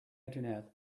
internet